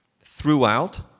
Throughout